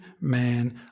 man